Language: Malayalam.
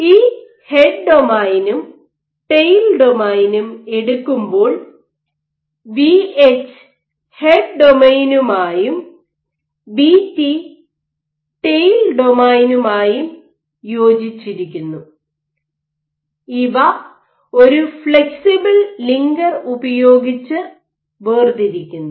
ഈ ഹെഡ് ഡൊമെയ്നും ടെയിൽ ഡൊമെയ്നും head domain and tail domain എടുക്കുമ്പോൾ വി എച്ച് ഹെഡ് ഡൊമെയ്നുമായും വി ടി ടെയിൽ ഡൊമെയ്നുമായും യോജിച്ചിരിക്കുന്നു ഇവ ഒരു ഫ്ലെക്സിബിൾ ലിങ്കർ ഉപയോഗിച്ച് വേർതിരിക്കുന്നു